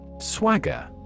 Swagger